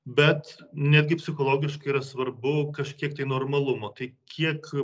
bet netgi psichologiškai yra svarbu kažkiek tai normalumo tai kiek